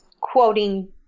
quoting